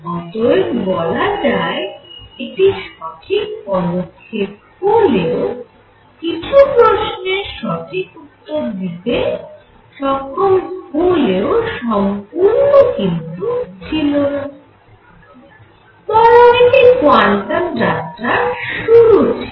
অতএব বলা যায় এটি সঠিক দিকে পদক্ষেপ হলেও কিছু প্রশ্নের সঠিক উত্তর দিতে সক্ষম হলেও সম্পূর্ণ কিন্তু ছিলনা বরং এটি কোয়ান্টাম যাত্রার শুরু ছিল